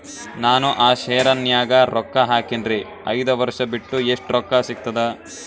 ನಾನು ಆ ಶೇರ ನ್ಯಾಗ ರೊಕ್ಕ ಹಾಕಿನ್ರಿ, ಐದ ವರ್ಷ ಬಿಟ್ಟು ಎಷ್ಟ ರೊಕ್ಕ ಸಿಗ್ತದ?